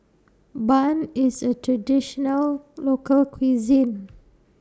Bun IS A Traditional Local Cuisine